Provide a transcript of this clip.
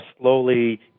slowly